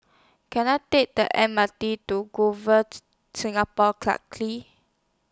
Can I Take The M R T to Singapore Clarke